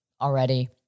already